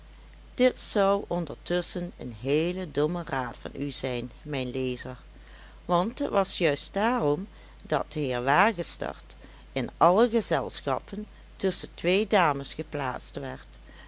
dit zou ondertusschen een heel domme raad van u zijn mijn lezer want het was juist daarom dat de heer wagestert in alle gezelschappen tusschen twee dames geplaatst werd